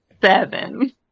Seven